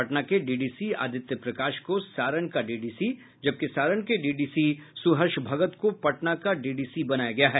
पटना के डीडीसी अदित्य प्रकाश को सारण का डीडीसी जबकि सारण के डीडीसी सुहर्ष भगत को पटना का डीडीसी बनाया गया है